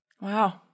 Wow